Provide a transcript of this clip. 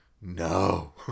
no